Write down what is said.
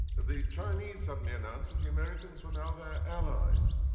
the chinese suddenly announced that the americans were now their allies.